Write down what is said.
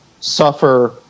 suffer